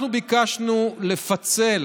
אנחנו ביקשנו לפצל